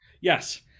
Yes